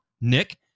Nick